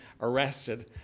arrested